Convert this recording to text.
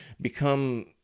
become